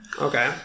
okay